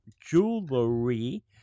jewelry